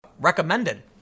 recommended